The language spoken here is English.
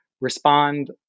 respond